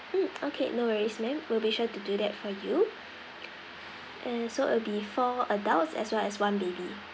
mm okay no worries ma'am we'll be sure to do that for you and so it'll be four adults as well as one baby